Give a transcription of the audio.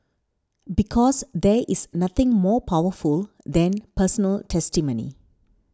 because there is nothing more powerful than personal testimony